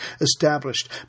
established